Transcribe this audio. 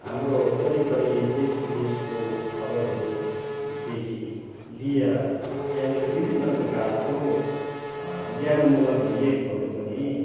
हाम्रो वरिपरि देश विदेशको खबरहरूदेखि लिएर यहाँनिर विभिन्न प्रकारको ज्ञानमूलक लेखहरू पनि